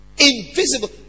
Invisible